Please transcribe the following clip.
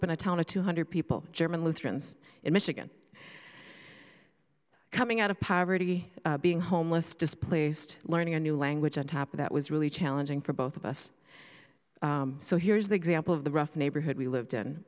up in a town of two hundred people german lutherans in michigan coming out of poverty being homeless displaced learning a new language on top of that was really challenging for both of us so here's the example of the rough neighborhood we lived in